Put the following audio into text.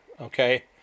okay